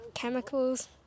chemicals